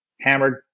hammered